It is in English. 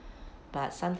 but some